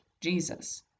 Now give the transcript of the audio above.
jesus